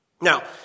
Now